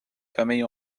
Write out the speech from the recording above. familles